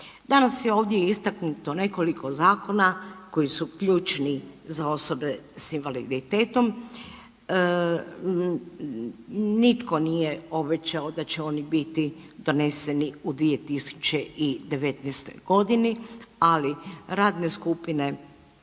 Danas je ovdje istaknuto nekoliko zakona koji su ključni za osobe s invaliditetom. Nitko nije obećao da će oni biti doneseni u 2019. g., ali radne skupine